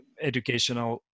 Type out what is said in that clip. educational